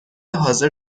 حاضر